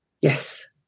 yes